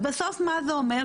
ובסוף מה זה אומר?